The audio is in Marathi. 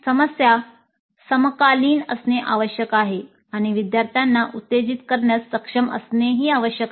समस्या समकालीन असणे आवश्यक आहे आणि विद्यार्थ्यांना उत्तेजित करण्यास सक्षम असणे आवश्यक आहे